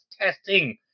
testing